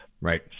right